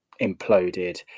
imploded